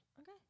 Okay